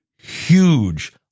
huge